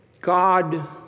God